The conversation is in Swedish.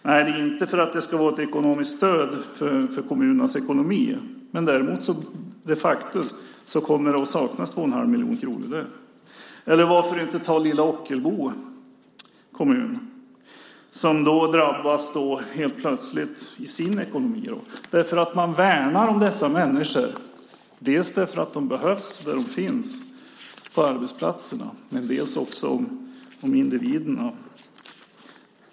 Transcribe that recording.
Nej, det är inte för att det ska vara ett stöd för kommunernas ekonomi, men faktum är att det kommer att saknas 2 1⁄2 miljoner kronor. Varför inte ta lilla Ockelbo kommun som helt plötsligt drabbas i sin ekonomi därför att man värnar om dessa människor? De behövs där de finns på arbetsplatserna och man värnar om individerna.